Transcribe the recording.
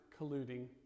colluding